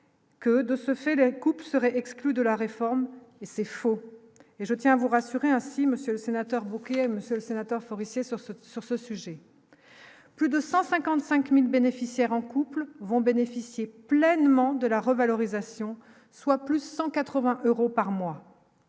que de ce fait, les coupes seraient exclus de la réforme et c'est faux et je tiens à vous rassurer ainsi, Monsieur le Sénateur, Monsieur le Sénateur Forissier sur ce sur ce sujet : plus de 155000 bénéficiaires en couples vont bénéficier pleinement de la revalorisation, soit plus de 180 euros par mois,